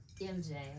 MJ